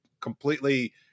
completely